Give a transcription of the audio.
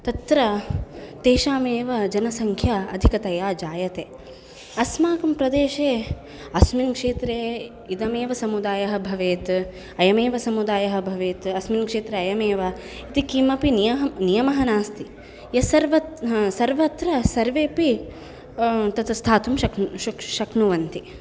तत्र तेषामेव जनसङ्ख्या अधिकतया जायते अस्माकं प्रदेशे अस्मिन् क्षेत्रे इदमेव समुदायः भवेत् अयमेव समुदायः भवेत् अस्मिन् क्षेत्रे अयमेव इति किमपि नियः नियमः नास्ति यस्सर्व सर्वत्र सर्वेपि तत्र स्थातुं शक् शक्नुवन्ति